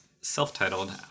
self-titled